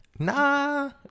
nah